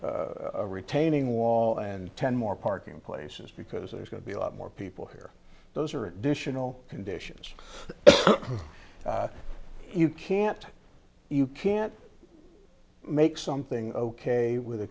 retaining wall and ten more parking places because there's going to be a lot more people here those are additional conditions you can't you can't make something ok with a